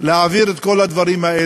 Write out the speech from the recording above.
של 61 להעביר את כל הדברים האלה.